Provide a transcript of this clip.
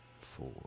four